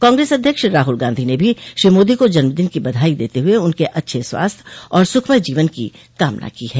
कांग्रेस अध्यक्ष राहुल गांधी ने भी श्री मोदी को जन्मदिन की बधाई देते हुए उनके अच्छे स्वास्थ्य और सुखमय जीवन की कामना की है